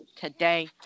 today